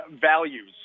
values